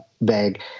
bag